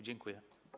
Dziękuję.